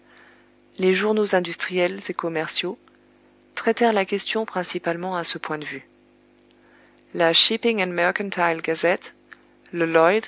les journaux industriels et commerciaux traitèrent la question principalement à ce point de vue la shipping and mercantile gazette le